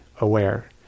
aware